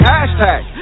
Hashtag